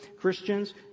Christians